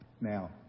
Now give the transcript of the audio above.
Now